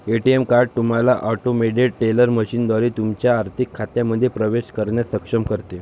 ATM card तुम्हाला automated teller मशीनद्वारे तुमच्या आर्थिक खात्यांमध्ये प्रवेश करण्यास सक्षम करते